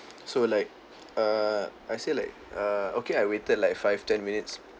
so like err I say like err okay I waited like five ten minutes